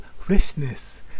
freshness